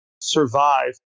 survive